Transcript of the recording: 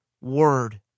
word